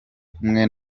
kumwe